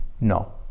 No